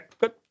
Good